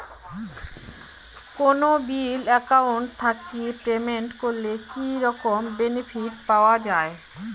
কোনো bill account থাকি payment করলে কি রকম বেনিফিট পাওয়া য়ায়?